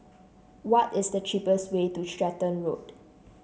what is the cheapest way to Stratton Road